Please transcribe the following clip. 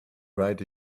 write